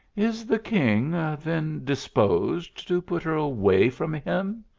is the king then disposed to put her away from him?